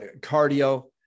cardio